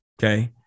okay